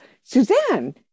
Suzanne